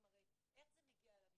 הרי בסופו של יום, איך זה מגיע למשטרה?